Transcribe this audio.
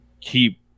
keep